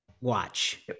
watch